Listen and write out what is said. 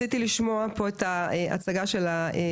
רציתי לשמוע פה את ההצגה של הדברים,